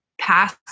pass